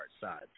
side